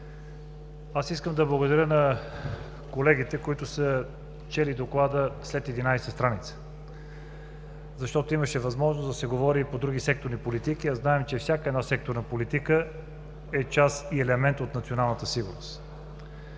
Аз искам да благодаря на колегите, които са чели Доклада след 11-а страница, защото имаше възможност да се говори и по други секторни политики. Знаем, че всяка една секторна политика е част, е елемент от националната сигурност.